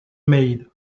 made